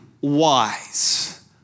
wise